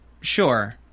Sure